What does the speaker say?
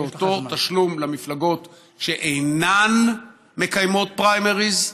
זה אותו תשלום למפלגות שאינן מקיימות פריימריז.